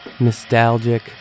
nostalgic